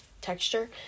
texture